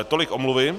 Tolik omluvy.